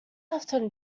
often